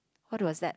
what was that